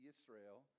Israel